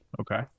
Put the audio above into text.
okay